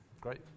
Great